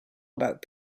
about